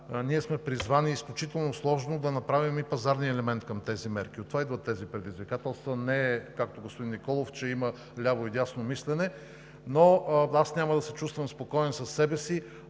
ние сме призвани изключително сложно да направим и пазарния елемент към тези мерки. От това идват тези предизвикателства, не както господин Николов – че има ляво и дясно мислене, но аз няма да се чувствам спокоен със себе си,